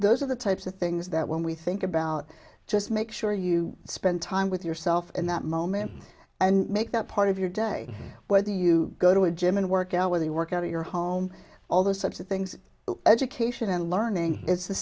those are the types of things that when we think about just make sure you spend time with yourself in that moment and make that part of your day where do you go to a gym and work out whether you work out of your home all the steps of things education and learning is the